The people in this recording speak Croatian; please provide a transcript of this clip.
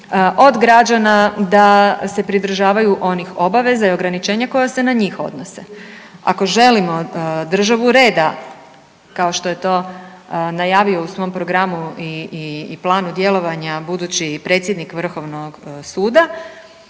od građana da se pridržavaju onih obaveza i ograničenja koja se na njih odnose. Ako želimo državu reda, kao što je to najavio u svom programu i planu djelovanja budući predsjednik Vrhovnog suda,